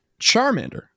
charmander